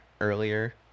earlier